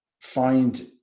find